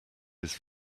his